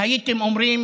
הייתם אומרים